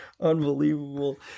Unbelievable